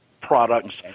products